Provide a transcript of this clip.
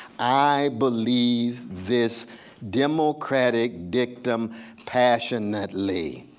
i believe this democratic dictum passionately.